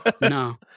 no